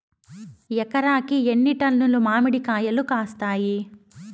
ఎకరాకి ఎన్ని టన్నులు మామిడి కాయలు కాస్తాయి?